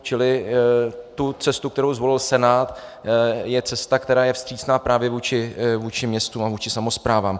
Čili ta cesta, kterou zvolil Senát, je cesta, která je vstřícná právě vůči městům a samosprávám.